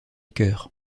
cœur